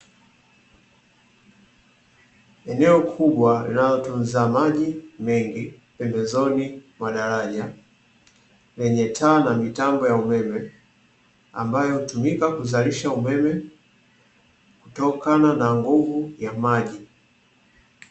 Eneo kubwa la utunzaji maji mengi pembezoni mwa daraja lenye taa na mitambo ya umeme, ambayo hutumika kuzalisha umeme kutokana na nguvu ya maji.